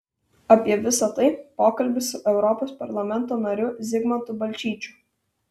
apie visai tai pokalbis su europos parlamento nariu zigmantu balčyčiu